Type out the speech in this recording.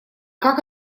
как